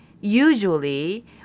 usually